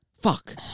Fuck